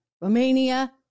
Romania